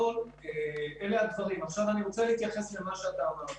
אני רוצה להתייחס למה שאתה אמרת,